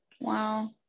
Wow